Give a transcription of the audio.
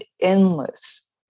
endless